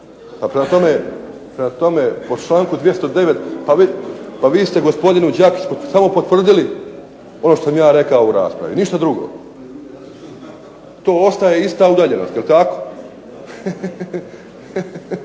je replika. A prema tome po članku 209. pa vi ste gospodinu Đakiću samo potvrdili ono što sam ja rekao u raspravi, ništa drugo. To ostaje ista udaljenost, je li tako?